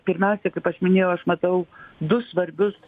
pirmiausia kaip aš minėjau aš matau du svarbius